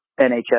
NHS